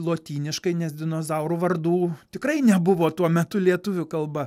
lotyniškai nes dinozaurų vardų tikrai nebuvo tuo metu lietuvių kalba